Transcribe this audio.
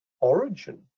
origin